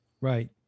Right